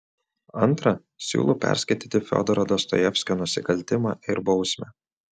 antra siūlau perskaityti fiodoro dostojevskio nusikaltimą ir bausmę